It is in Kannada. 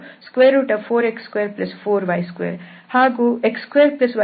ಹಾಗೂ x2y236